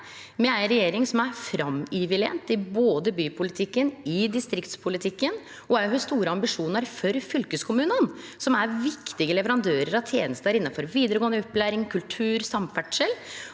Me har ei regjering som er framoverlent i både bypolitikken og distriktspolitikken, og òg har store ambisjonar for fylkeskommunane, som er viktige leverandørar av tenester innanfor vidaregåande opplæring, kultur og samferdsel.